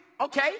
okay